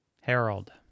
Harold